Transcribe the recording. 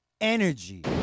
energy